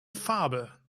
farbe